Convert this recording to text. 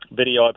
video